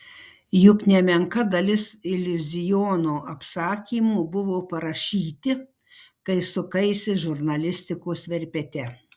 juk nemenka dalis iliuziono apsakymų buvo parašyti kai sukaisi žurnalistikos verpete